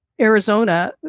Arizona